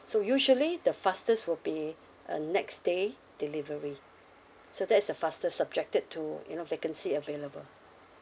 so usually the fastest will be uh next day delivery so that is the fastest subjected to you know vacancy available